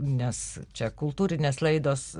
nes čia kultūrinės laidos